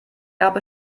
gab